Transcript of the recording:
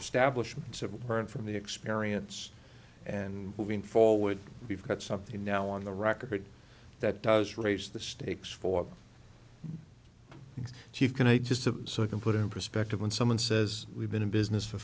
establishment of a burnt from the experience and moving forward we've got something now on the record that does raise the stakes for she can i just so i can put it in perspective when someone says we've been in business for